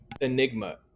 enigma